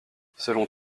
selon